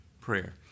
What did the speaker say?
prayer